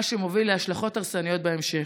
מה שמוביל להשלכות הרסניות בהמשך.